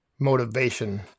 motivation